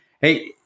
Hey